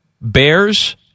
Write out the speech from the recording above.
Bears